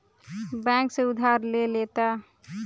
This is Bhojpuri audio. बैंक से उधार ले लेता